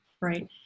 right